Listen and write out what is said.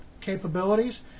capabilities